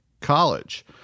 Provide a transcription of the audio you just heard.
college